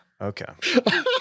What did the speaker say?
Okay